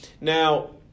Now